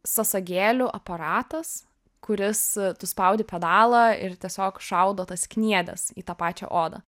sąsagėlių aparatas kuris tu spaudi pedalą ir tiesiog šaudo tas kniedes į tą pačią odą